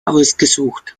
ausgesucht